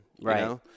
Right